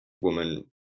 woman